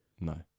No